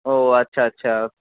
ও আচ্ছা আচ্ছা